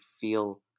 feel